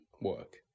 work